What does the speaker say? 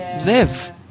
live